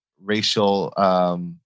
racial